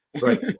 Right